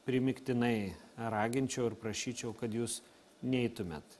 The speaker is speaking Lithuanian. primygtinai raginčiau ir prašyčiau kad jūs neitumėt